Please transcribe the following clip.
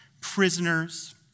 prisoners